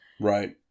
Right